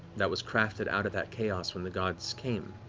that was crafted out of that chaos when the gods came,